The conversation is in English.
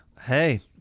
hey